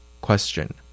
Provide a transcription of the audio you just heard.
Question